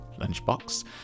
lunchbox